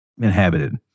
inhabited